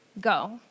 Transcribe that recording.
go